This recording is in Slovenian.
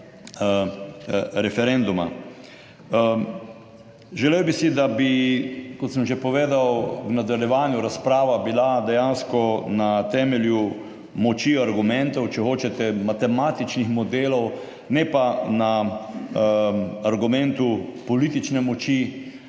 referenduma. Želel bi si, da bi, kot sem že povedal, v nadaljevanju razprava bila dejansko na temelju moči argumentov, če hočete matematičnih modelov, ne pa na argumentu politične moči,